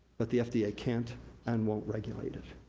but the fda can't and won't regulate it.